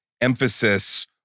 emphasis